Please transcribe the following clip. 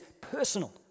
personal